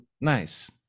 nice